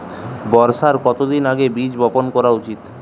বর্ষার কতদিন আগে বীজ বপন করা উচিৎ?